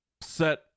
set